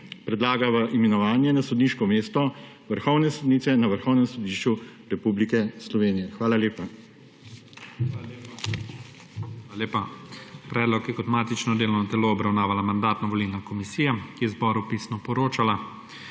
predlaga v imenovanje na sodniško mesto vrhovne sodnice na Vrhovnem sodišču Republike Slovenije. Hvala lepa. PREDSEDNIK IGOR ZORČIČ: Hvala lepa. Predlog je kot matično delovno telo obravnavala Mandatno-volilna komisija, ki je zboru pisno poročala.